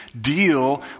deal